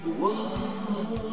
whoa